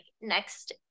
next